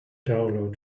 download